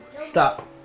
Stop